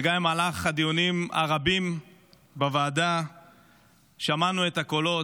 וגם במהלך הדיונים הרבים בוועדה שמענו את הקולות.